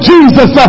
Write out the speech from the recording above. Jesus